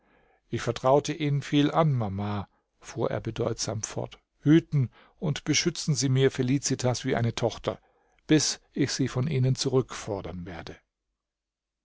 ich vertraute ihnen viel an mama fuhr er bedeutsam fort hüten und beschützen sie mir felicitas wie eine tochter bis ich sie von ihnen zurückfordern werde